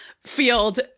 field